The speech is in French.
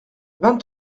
vingt